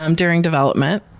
um during development.